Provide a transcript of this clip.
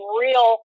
real